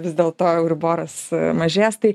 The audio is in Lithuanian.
vis dėl to euriboras mažės tai